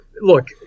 Look